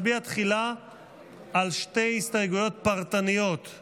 נוסיף את קולו של השר גנץ נגד.